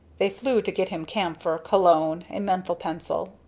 they flew to get him camphor, cologne, a menthol-pencil.